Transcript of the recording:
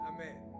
Amen